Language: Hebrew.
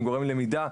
עם גורם למידה,